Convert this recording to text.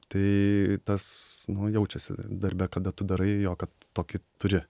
tai tas nu jaučiasi darbe kada tu darai ir jo kad tokį turi